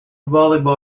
volleyball